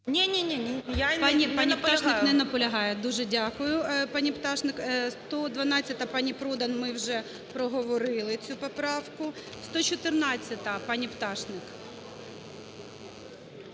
Ні, ні, ні, я не наполягаю.